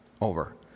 Over